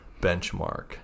benchmark